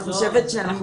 אני חושבת שאנחנו מבקשים.